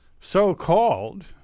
So-called